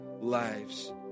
lives